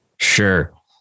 Sure